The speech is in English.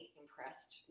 impressed